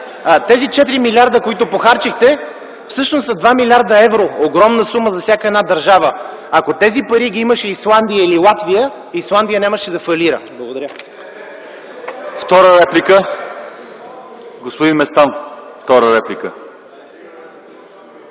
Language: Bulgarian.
тези 4 милиарда, които похарчихте, всъщност са 2 млрд. евро – огромна сума за всяка една държава. Ако тези пари ги имаше Исландия или Латвия, Исландия нямаше да фалира. Благодаря. ПРЕДСЕДАТЕЛ ЛЪЧЕЗАР ИВАНОВ: Втора реплика